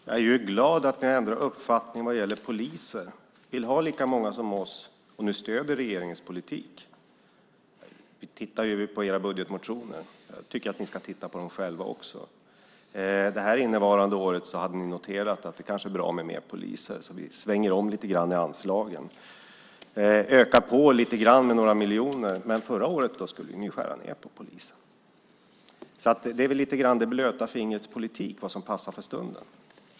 Herr talman! Jag är glad att ni har ändrat uppfattning vad gäller poliser. Ni vill ha lika många som vi, och ni stöder regeringens politik. Vi tittar på era budgetmotioner. Jag tycker att ni ska titta på dem själva också. Det innevarande året hade ni noterat att det kanske är bra med mer poliser, så ni svänger om lite grann i anslagen, ökar på lite grann med några miljoner. Men förra året skulle ni skära ned på polisen. Det är väl lite grann det blöta fingrets politik, vad som passar för stunden.